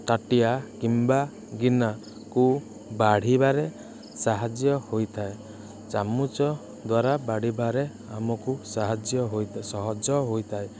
ତାଟିଆ କିମ୍ବା ଗିନାକୁ ବାଢ଼ିବାରେ ସାହାଯ୍ୟ ହୋଇଥାଏ ଚାମଚ ଦ୍ୱାରା ବାଢ଼ିବାରେ ଆମକୁ ସାହାଯ୍ୟ ହୋଇବ ସହଜ ହୋଇଥାଏ